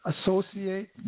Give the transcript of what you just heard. associate